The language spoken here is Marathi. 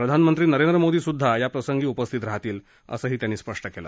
प्रधानमंत्री नरेंद्र मोदी हेसुद्धा या प्रसंगी उपस्थित राहतील असंही त्यांनी सांगितलं